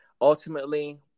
ultimately